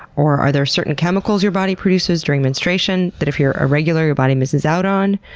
or are there certain chemicals your body produces during menstruation that if you're irregular, your body misses out on?